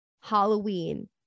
Halloween